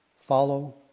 follow